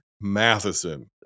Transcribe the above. Matheson